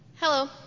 Hello